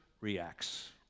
reacts